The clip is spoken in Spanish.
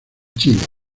chile